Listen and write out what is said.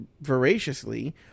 voraciously